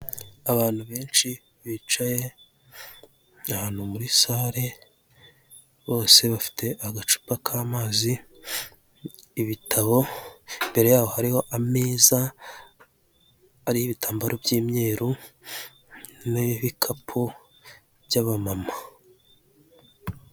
Abantu benshi bicaye ni ahantu muri sare, bose bafite agacupa k'amazi, ibitabo, imbere yabo hariho ameza, ariho ibitambaro by'imyeru n'ibikapu by'abamama.